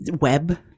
web